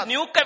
New